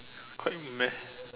quite meh